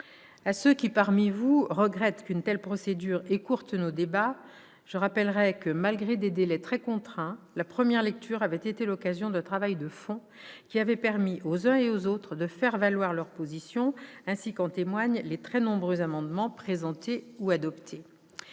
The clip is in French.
À ceux qui, parmi vous, regrettent qu'une telle procédure écourte nos débats, je rappellerai que, malgré des délais très contraints, la première lecture avait été l'occasion d'un travail de fond qui avait permis, aux uns et aux autres, de faire valoir leurs positions, ainsi qu'en témoignent les très nombreux amendements présentés ou adoptés.